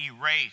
Erase